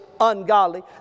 ungodly